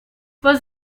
was